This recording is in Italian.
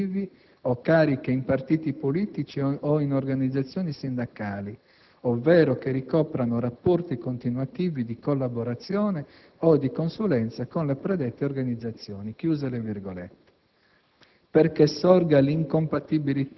«che rivestano incarichi pubblici elettivi o cariche in partiti politici o in organizzazioni sindacali ovvero che ricoprano rapporti continuativi di collaborazione o di consulenza con le predette organizzazioni».